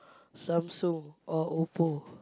Samsung or Oppo